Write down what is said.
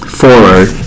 forward